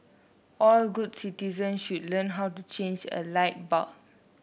all good citizen should learn how to change a light bulb